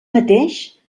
mateix